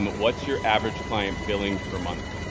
but what's your average client billing per month?